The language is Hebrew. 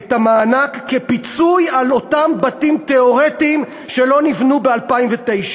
את המענק כפיצוי על אותם בתים תיאורטיים שלא נבנו ב-2009.